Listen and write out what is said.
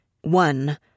one